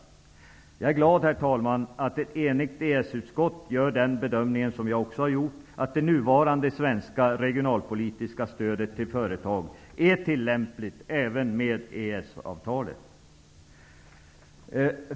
Jag är glad, herr talman, att ett enigt EES-utskott gör den bedömning som vi också har gjort, att det nuvarande svenska regionalpolitiska stödet till företag är tillämpligt även med EES-avtalet.